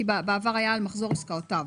כי בעבר היה "על מחזור עסקאותיו",